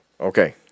Okay